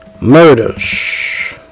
murders